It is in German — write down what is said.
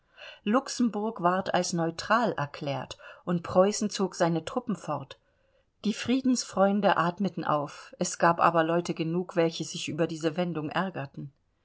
luxemburg ward als neutral erklärt und preußen zog seine truppen fort die friedensfreunde atmeten auf aber es gab leute genug welche sich über diese wendung ärgerten